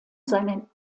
seinen